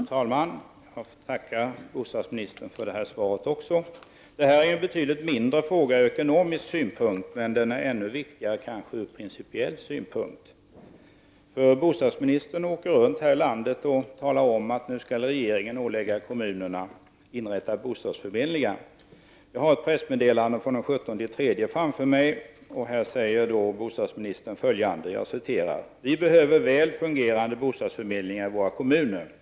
Fru talman! Jag får tacka bostadsministern även för detta svar. Den här frågan är betydligt mindre från ekonomisk synpunkt, men den är kanske viktigare principiellt. Bostadsministern åker runt i landet och talar om att regeringen tänker ålägga kommunerna att inrätta bostadsförmedlingar. Framför mig har jag ett pressmeddelande av den 17 mars. Bostadsministern uttalade sig på följande sätt: ”Vi behöver väl fungerande bostadsförmedlingar i våra kommuner.